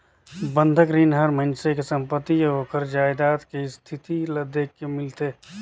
बंधक रीन हर मइनसे के संपति अउ ओखर जायदाद के इस्थिति ल देख के मिलथे